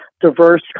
diverse